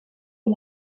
est